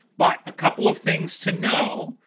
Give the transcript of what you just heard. but a couple of things to know,